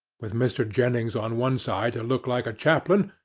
with mr. jennings on one side to look like a chaplain,